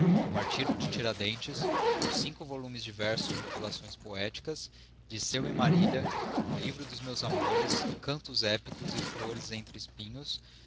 rio de tiradentes os cinco volumes de versos modulações poéticas dircêu e marília o livro dos meus amores cantos épicos e flores entre espinhosf